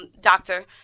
doctor